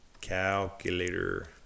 Calculator